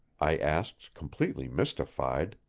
i asked, completely mystified.